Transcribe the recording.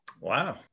Wow